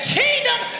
kingdom